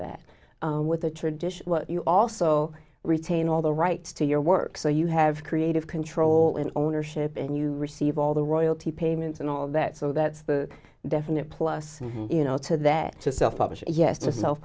that with a tradition you also retain all the rights to your work so you have creative control and ownership and you receive all the royalty payments and all that so that's the definite plus you know to that to self publish yes to self